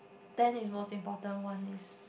than it's most important one is